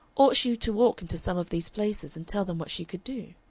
ought she to walk into some of these places and tell them what she could do?